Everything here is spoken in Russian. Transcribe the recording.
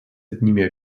одними